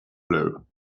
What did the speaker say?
blow